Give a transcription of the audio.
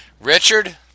Richard